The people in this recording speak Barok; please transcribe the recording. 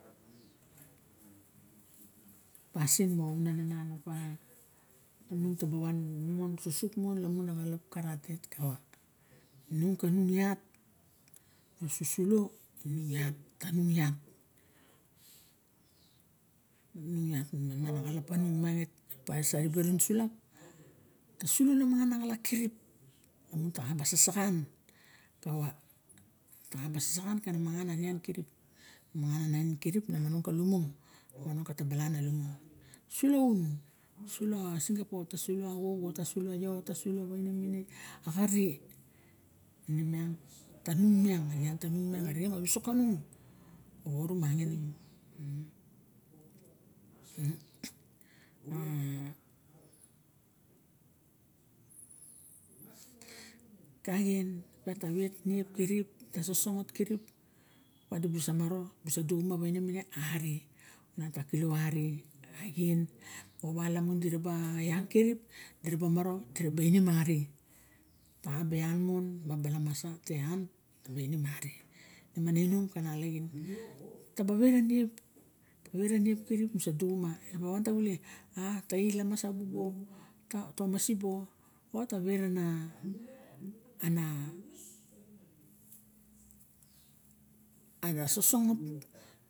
Pasin moxa unan anan opa nu talon wansusuk mon kimun a xalap kara tet miang kanung iat ru susulo miang inung iat mana mangan axap opa sa ribe ravinung sulap ta sulo na mangana xalap kirip lamun taxa ba sasaxan anan lamun a mangan a nian kirip na manong ta sub un i ta sulo a xoxo ta sulo a xoxo awaine a xari ine miang oin mian a nian tanung arixem a wison kanung dira ba oru rumangin inung kaxien ta wet niep kirip ta sosongot kirip na dibu maro diba inim ari inema nu inom ka nalaxin ta wera niep tawera niep kirip nu sa nan tavule ta i lamas ka bubo ta omasi bo o tawera na era sosoxot